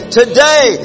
today